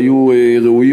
שהיו ראויים,